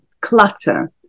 clutter